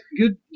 good